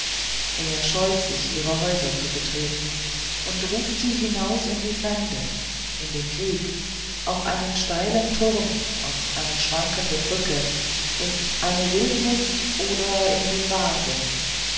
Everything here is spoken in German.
er scheut sich ihre häuser zu betreten und ruft sie hinaus in die fremde in den krieg auf einen steilen turm auf eine schwankende brücke in eine wildnis oder in den wahnsinn